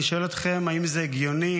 אני שואל אתכם: האם זה הגיוני,